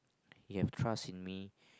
he have trust in me